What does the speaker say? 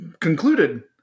concluded